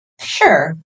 sure